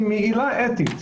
היא מעילה אתית,